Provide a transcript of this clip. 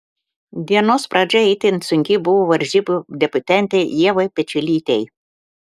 dienos pradžia itin sunki buvo varžybų debiutantei ievai pečiulytei